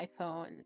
iPhone